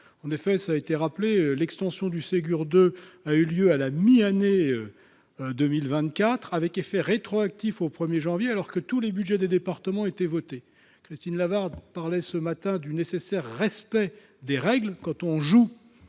En effet, comme cela a été rappelé, l’extension du « Ségur 2 » a eu lieu en milieu d’année 2024, avec effet rétroactif au 1 janvier, alors que tous les budgets des départements étaient votés. Christine Lavarde a évoqué, ce matin, la nécessité de respecter les règles quand on joue